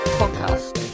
podcast